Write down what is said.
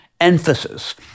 emphasis